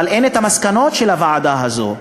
אבל אין מסקנות של הוועדה הזאת,